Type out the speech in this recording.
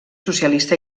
socialista